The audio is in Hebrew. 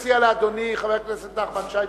אני מציע לאדוני חבר הכנסת נחמן שי,